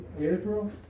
Israel